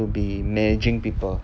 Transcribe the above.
to be managing people